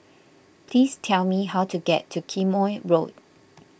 please tell me how to get to Quemoy Road